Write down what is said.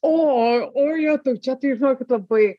o o jetau čia tai žinokit labai